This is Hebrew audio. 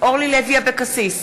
אורלי לוי אבקסיס,